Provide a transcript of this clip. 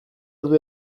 ordu